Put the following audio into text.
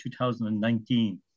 2019